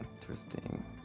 Interesting